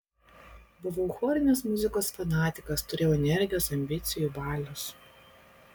buvau chorinės muzikos fanatikas turėjau energijos ambicijų valios